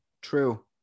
True